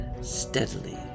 steadily